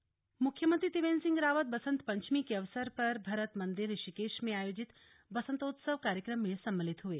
बसंत पंचमी मुख्यमंत्री त्रिवेन्द्र सिंह रावत बसंत पंचमी के अवसर पर भरत मन्दिर ऋषिकेश में आयोजित बसंतोत्सव कार्यक्रम में सम्मिलित हुए